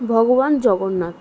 ভগবান জগন্নাথ